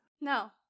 No